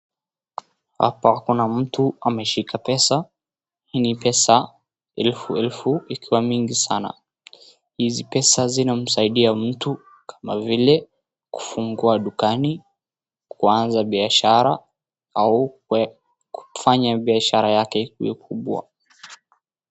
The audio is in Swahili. Hapa kuna mtu ameshika pesa. Hii ni pesa elfu elfu ikiwa mingi sana. Hizi pesa zinamsaidia mtu kama vile kufungua dukani, kuanza biashara au kufanya biashara yake ikuwe kubwa.